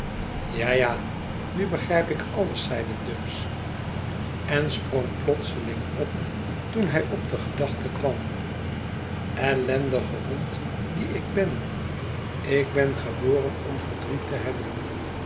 ja ja nu begrijp ik alles j zeide dumps en sprong plotseling op toen hij op de gedachte kwam ellendige hond die ik ben ik ben geboren ora verdriet te hebben